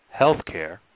Healthcare